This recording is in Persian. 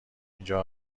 اینجا